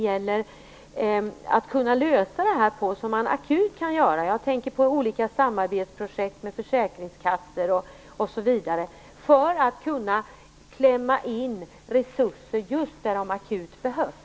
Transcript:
jag tänker på olika samarbetsprojekt med försäkringskassor osv. - för att klämma in resurser just där de akut behövs?